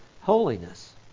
holiness